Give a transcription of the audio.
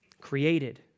created